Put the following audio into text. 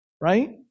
right